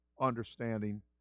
understanding